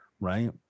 right